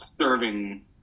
serving